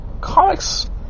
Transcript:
comics